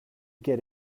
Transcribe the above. get